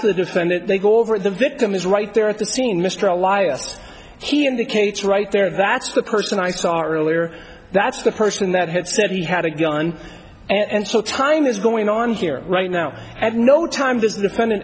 to the defendant they go over the victim is right there at the scene mr elias he indicates right there that's the person i saw earlier that's the person that had said he had a gun and so time is going on here right now at no time does the funding